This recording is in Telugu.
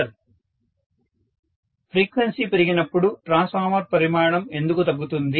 ప్రొఫెసర్ స్టూడెంట్ సంభాషణ మొదలవుతుంది విద్యార్థి ఫ్రీక్వెన్సీ పెరిగినప్పుడు ట్రాన్స్ఫార్మర్ పరిమాణం ఎందుకు తగ్గుతుంది